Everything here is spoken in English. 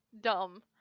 dumb